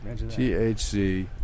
THC